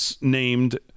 named